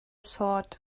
sword